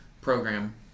program